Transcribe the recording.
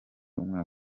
umwaka